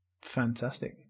Fantastic